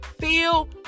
feel